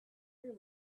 your